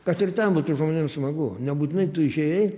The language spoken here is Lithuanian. kad ir ten būtų žmonėm smagu nebūtinai tu išėjai